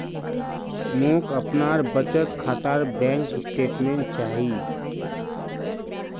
मोक अपनार बचत खातार बैंक स्टेटमेंट्स चाहिए